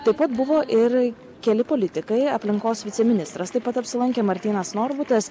taip pat buvo ir keli politikai aplinkos viceministras taip pat apsilankė martynas norbutas